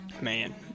man